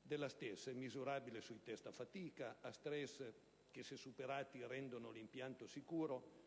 della stessa ed è misurabile con test da fatica e da stress che, se superati, rendono l'impianto sicuro.